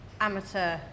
amateur